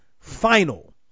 final